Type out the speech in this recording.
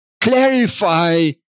clarify